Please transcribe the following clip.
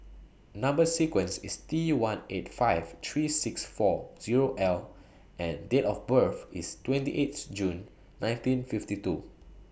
Number sequence IS T one eight five three six four Zero L and Date of birth IS twenty eight June nineteen fifty two